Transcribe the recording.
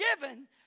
given